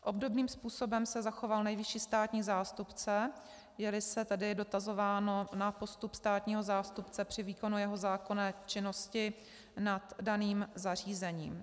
Obdobným způsobem se zachoval nejvyšší státní zástupce, jeli se tedy dotazováno na postup státního zástupce při výkonu jeho zákonné činnosti nad daným zařízením.